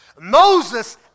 Moses